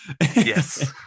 Yes